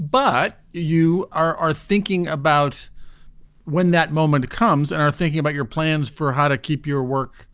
but you are are thinking about when that moment comes and are thinking about your plans for how to keep your work